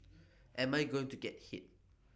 am I going to get hit